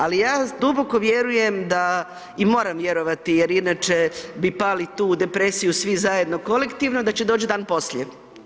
Ali ja duboko vjerujem i moram vjerovati, jer inače bi pali tu u depresiju svi zajedno kolektivno, da će doći dan poslije.